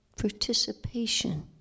participation